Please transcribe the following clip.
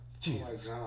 Jesus